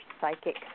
psychic